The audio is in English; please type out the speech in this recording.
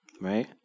Right